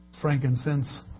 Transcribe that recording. frankincense